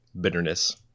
bitterness